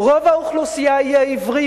"רוב האוכלוסייה יהיה עברי,